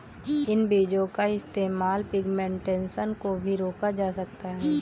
इन बीजो का इस्तेमाल पिग्मेंटेशन को भी रोका जा सकता है